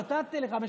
נתתי לך.